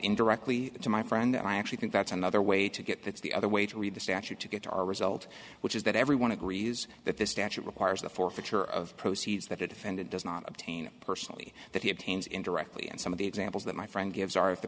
indirectly to my friend i actually think that's another way to get that's the other way to read the statute to get our result which is that everyone agrees that this statute requires the forfeiture of proceeds that a defendant does not obtain personally that he obtains indirectly and some of the examples that my friend gives are if the